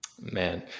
man